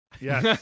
Yes